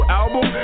album